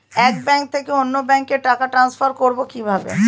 এক ব্যাংক থেকে অন্য ব্যাংকে টাকা ট্রান্সফার করবো কিভাবে?